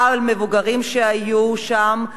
על מבוגרים שהיו שם,